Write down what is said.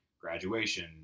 graduation